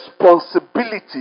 responsibility